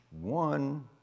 one